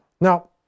now